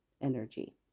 energy